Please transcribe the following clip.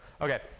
Okay